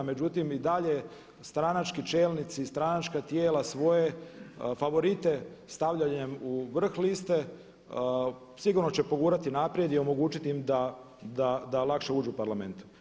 Međutim i dalje stranački čelnici i stranačka tijela svoje favorite stavljanjem u vrh liste sigurno će pogurati naprijed i omogućiti im da lakše uđu u parlament.